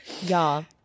Y'all